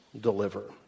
deliver